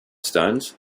stones